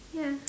ya